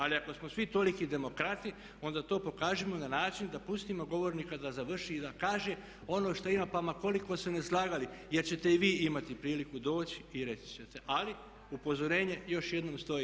Ali ako smo svi toliki demokrati onda to pokažimo na način da pustimo govornika da završi i da kaže ono što ima pa ma koliko se ne slagali jer ćete i vi imati priliku doći i reći ćete ali upozorenje još jednom stoji.